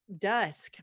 dusk